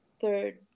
third